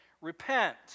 repent